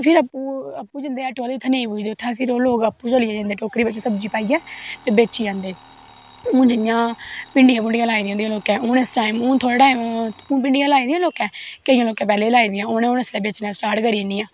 फिर अप्पू जंदे ऐटो आह्ले उत्थैं नेंई पुजदी उत्थै फिर ओह् लोग अप्पू जंदे चलियै टोकरी बिच्च सब्जी पाईयै ते बेची आंदे हून जियां भिंडियां भुंडियां लाई दियां होंदियां लोकैं हून इस टाईम हून थोह्ड़ै टाईम हून भिंडियां लाई दियां नी लोकैं केंईयै लोकैं पैह्लैं दियां लाई दियां हून उनैं बेचना स्टार्ट करी ओड़नियां